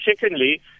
secondly